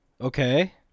Okay